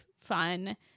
fun